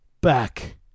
back